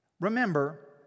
remember